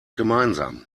gemeinsam